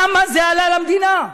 כמה זה עלה למדינה?